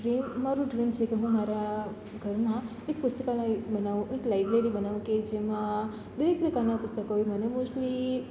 dream મારું dream છે કે હું મારા ઘરમાં એક પુસ્તકાલય બનાવું એક લાઇબ્રેરી બનાવું કે જેમાં દરેક પ્રકારના પુસ્તકો હોય મને મોસ્ટલી